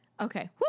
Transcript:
Okay